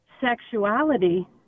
sexuality